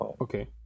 Okay